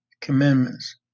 commandments